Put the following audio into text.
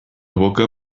evoca